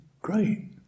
great